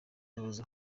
umuyobozi